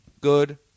good